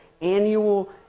annual